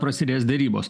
prasidės derybos